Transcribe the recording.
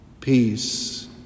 Peace